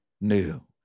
new